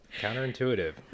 counterintuitive